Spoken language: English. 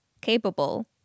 capable